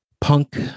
punk